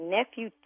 Nephew